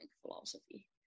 philosophy